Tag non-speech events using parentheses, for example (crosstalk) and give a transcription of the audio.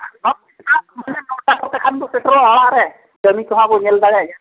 ᱦᱳᱭ (unintelligible) ᱯᱳᱱᱮ ᱱᱚᱴᱟ ᱠᱚᱛᱮ ᱵᱚᱱ ᱥᱮᱴᱮᱨᱚᱜᱼᱟ ᱚᱲᱟᱜ ᱨᱮ ᱠᱟᱹᱢᱤ ᱠᱚᱦᱚᱸ ᱵᱚᱱ ᱧᱮᱞ ᱫᱟᱲᱮᱭᱟᱜᱼᱟ ᱡᱟᱦᱟᱱᱟᱜ